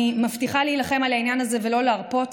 אני מבטיחה להילחם על העניין הזה ולא להרפות,